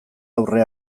aurre